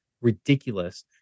ridiculous